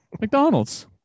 McDonald's